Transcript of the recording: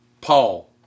Paul